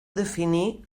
definir